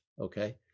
okay